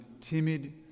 timid